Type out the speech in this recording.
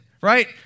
right